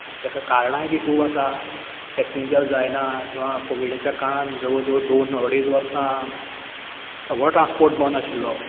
माय तेका कारणांय बी खूब आसा पॅसेंजर जायना किंवा कोविडाच्या काळान जवळ जवळ दोन अडेज वर्सां सगळो ट्रान्स्पोर्ट बंद आशिल्लो